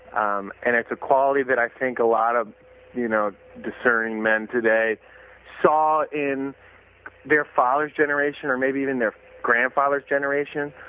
um and a quality that i think a lot of you know discerning men today saw in their father's generation or maybe even their grandfather's generation.